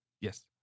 Yes